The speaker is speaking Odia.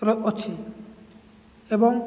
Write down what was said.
ର ଅଛି ଏବଂ